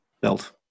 belt